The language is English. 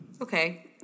Okay